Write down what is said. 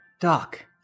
Doc